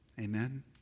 Amen